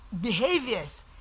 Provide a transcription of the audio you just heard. behaviors